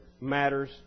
matters